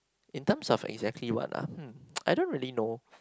in terms of exactly what ah hmm I don't really know